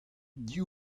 div